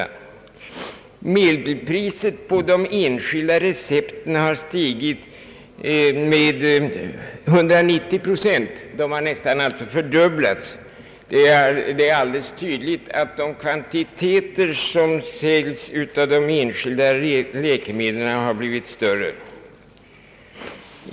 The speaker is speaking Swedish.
Medelpriset på de enskilda recepten har stigit med 190 procent, alltså nästan en fördubbling. Det är alldeles tydligt att de kvantiteter som säljs av de enskilda läkemedlen har blivit större.